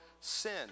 sin